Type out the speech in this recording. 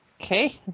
Okay